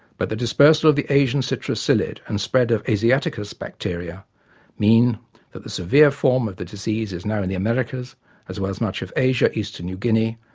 but the dispersal of the asian citrus psyllid and spread of asiaticus bacteria mean that the severe form of the disease is now in the americas as well as much of asia east to new guinea,